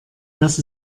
das